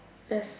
that's